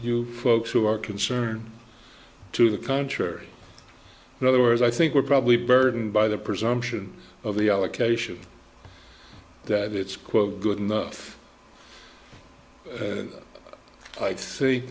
you folks who are concerned to the contrary in other words i think we're probably burdened by the presumption of the allocation that it's quote good enough